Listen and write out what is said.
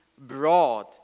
broad